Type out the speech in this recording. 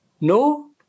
No